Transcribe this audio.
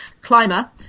climber